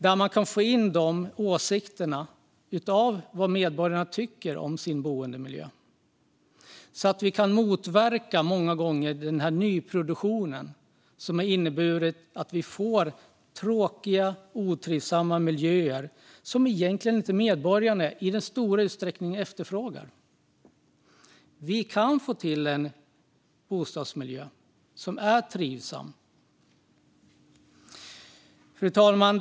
Där kan man få in åsikter och få veta vad medborgarna tycker om sin boendemiljö så att vi kan motverka den nyproduktion som har inneburit att vi fått tråkiga, otrivsamma miljöer som medborgarna egentligen inte efterfrågar i någon stor utsträckning. Vi kan få till en bostadsmiljö som är trivsam. Fru talman!